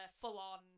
full-on